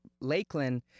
Lakeland